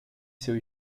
seu